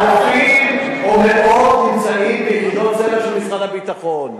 אלפים או מאות נמצאים ביחידות סמך של משרד הביטחון.